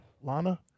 Lana